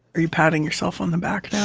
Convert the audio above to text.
you patting yourself on the back now?